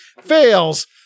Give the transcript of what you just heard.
Fails